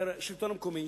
בשלטון המקומי,